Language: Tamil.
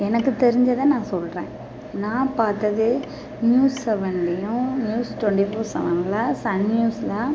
எனக்கு தெரிஞ்சதை நான் சொல்கிறேன் நான் பார்த்தது நியூஸ் செவன்லயும் நியூஸ் ட்வெண்ட்டி ஃபோர் செவன்ல சன் நியூஸ்ல